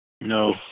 No